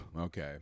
Okay